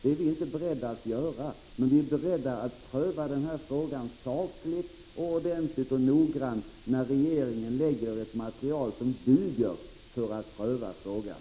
Det är vi inte beredda att göra, men vi är beredda att pröva den här frågan sakligt och noggrannt, när regeringen lägger fram ett material som duger för att pröva frågan.